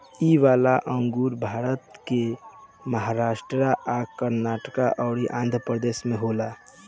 इ वाला अंगूर भारत के महाराष्ट् आ कर्नाटक अउर आँध्रप्रदेश में होला